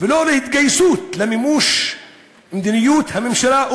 ולא להתגייסות למימוש מדיניות הממשלה,